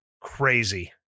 crazy